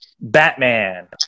Batman